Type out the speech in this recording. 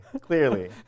Clearly